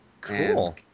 Cool